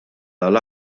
għal